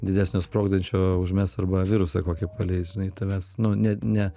didesnio sprogdančio užmes arba virusą kokį paleis žinai tavęs nu ne ne